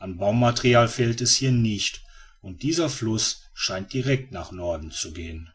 an baumaterial fehlt es hier nicht und dieser fluß scheint direkt nach norden zu gehen